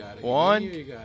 One